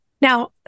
Now